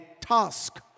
task